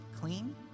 clean